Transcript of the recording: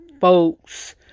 folks